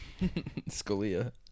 Scalia